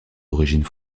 origine